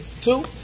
Two